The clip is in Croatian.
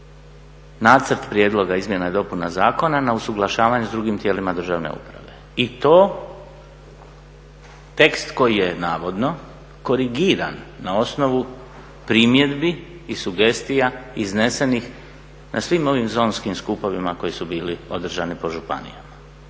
nacrt prijedloga izmjena i dopuna zakona na usuglašavanje sa drugim tijelima državne uprave i to tekst koji je navodno korigiran na osnovu primjedbi i sugestija iznesenih na svim ovim zonskim skupovima koji su bili održani po županijama.